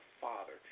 Father